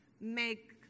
make